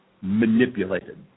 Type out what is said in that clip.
manipulated